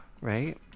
Right